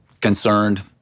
concerned